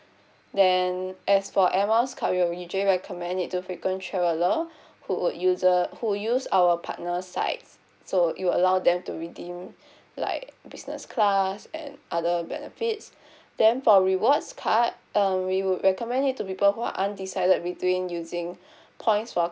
then as for air miles card we'll usually recommend it to frequent traveler who would user who use our partner's sites so it will allow them to redeem like business class and other benefits then for rewards card um we would recommend it to people who are undecided between using points for